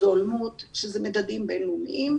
והולמות שזה מדדים בינלאומיים,